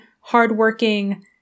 hardworking